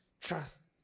Trust